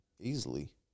Easily